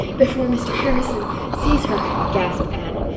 before. mr. harrison. sees her, gasped anne.